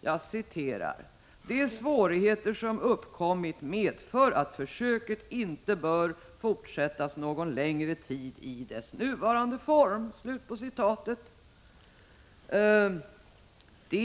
Jag citerar ur betänkandet: ”De svårigheter som uppkommit med det nya frågeinstitutet medför emellertid enligt utskottets mening att försöket inte bör fortsättas någon längre tid i dess nuvarande form.” Det